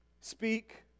Speak